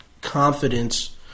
confidence